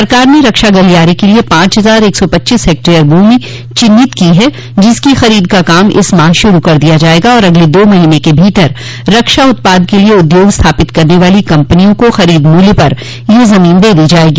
सरकार ने रक्षा गलियारे के लिये पांच हजार एक सौ पच्चीस हेक्टेयर भूमि चिन्हित कर ली है जिसकी खरीद का काम इस माह शुरू कर दिया जायेगा और अगले दो महीने के भीतर रक्षा उत्पाद के लिये उद्योग स्थापित करने वाली कम्पनियों को खरीद मूल्य पर यह जमीन दे दी जायेगी